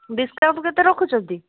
discount କେତେ ରଖୁଛନ୍ତି